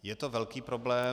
Je to velký problém.